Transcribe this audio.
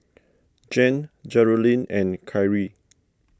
Jan Jerilynn and Khiry